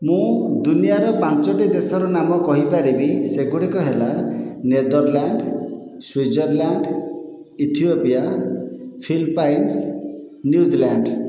ମୁଁ ଦୁନିଆଁର ପାଞ୍ଚୋଟି ଦେଶର ନାମ କହିପାରିବି ସେଗୁଡ଼ିକ ହେଲା Netherland Switzerland Ethiopia Philippines New Zealand